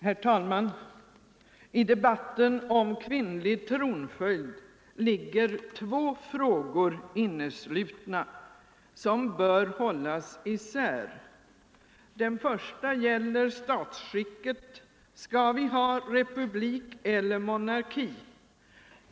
Herr talman! I debatten om kvinnlig tronföljd ligger två frågor inneslutna, som bör hållas isär. Den första gäller statsskicket. Skall vi ha republik eller monarki?